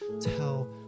tell